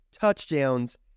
touchdowns